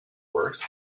worse